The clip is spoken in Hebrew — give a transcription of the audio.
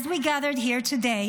As we gather here today,